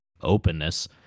openness